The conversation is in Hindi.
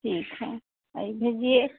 ठीक है यह भेजिए